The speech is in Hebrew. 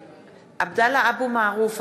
(קוראת בשם חבר הכנסת) עבדאללה אבו מערוף,